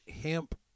hemp